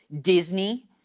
disney